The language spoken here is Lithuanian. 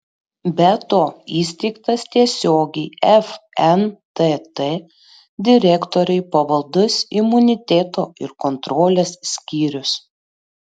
be to įsteigtas tiesiogiai fntt direktoriui pavaldus imuniteto ir kontrolės skyrius